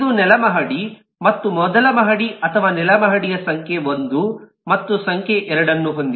ಇದು ನೆಲ ಮಹಡಿ ಮತ್ತು ಮೊದಲ ಮಹಡಿ ಅಥವಾ ನೆಲ ಮಹಡಿ ಸಂಖ್ಯೆ 1 ಮತ್ತು ಸಂಖ್ಯೆ 2 ಅನ್ನು ಹೊಂದಿದೆ